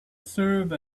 serve